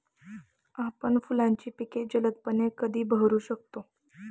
आपण फुलांची पिके जलदपणे कधी बहरू शकतो?